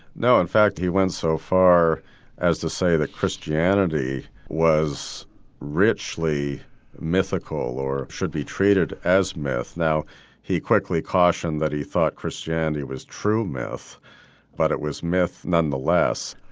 no, in fact he went so far as to say that christianity was richly mythical or should be treated as myth. now he quickly cautioned that he thought christianity was true myth but it was myth nonetheless.